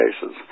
cases